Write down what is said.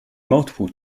multiple